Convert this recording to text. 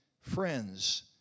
friends